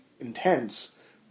intense